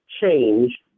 change